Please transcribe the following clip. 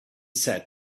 said